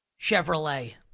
Chevrolet